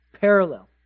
parallel